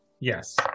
yes